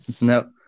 no